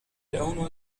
leono